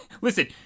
listen